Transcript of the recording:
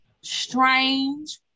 strange